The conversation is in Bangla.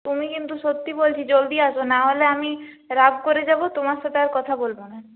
তুমি কিন্তু সত্যি বলছি জলদি আসো নাহলে আমি রাগ করে যাবো তোমার সাথে আর কথা বলবো না